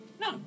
No